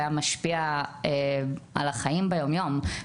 היה משפיע על החיים ביום-יום,